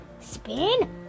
spin